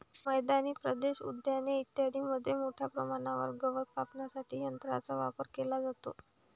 मैदानी प्रदेश, उद्याने इत्यादींमध्ये मोठ्या प्रमाणावर गवत कापण्यासाठी यंत्रांचा वापर केला जातो